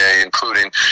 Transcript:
including